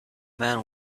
men